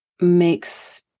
makes